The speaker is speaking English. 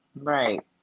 Right